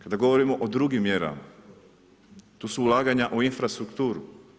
Kada govorimo o drugim mjerama, to su ulaganja u infrastrukturu.